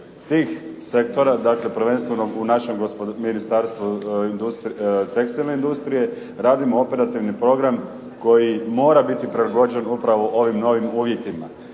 tih sektora, prvenstveno u našem Ministarstvu tekstilne industrije radimo operativni program koji mora biti prilagođen upravo ovim novim uvjetima.